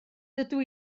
dydw